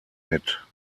mit